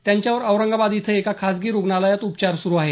त्यांच्यावर औरंगाबाद इथं एका खासगी रुग्णालयात उपचार सुरू आहेत